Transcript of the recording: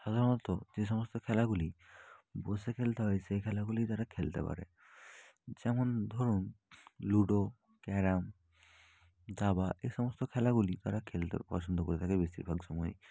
সাধারণত যে সমস্ত খেলাগুলি বসে খেলতে হয় সেই খেলাগুলিই তারা খেলতে পারে যেমন ধরুন লুডো ক্যারম দাবা এই সমস্ত খেলাগুলি তারা খেলতে পছন্দ করে থাকে বেশিরভাগ সময়ে